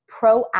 proactive